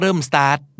start